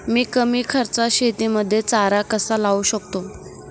मी कमी खर्चात शेतीमध्ये चारा कसा लावू शकतो?